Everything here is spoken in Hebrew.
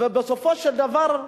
ובסופו של דבר,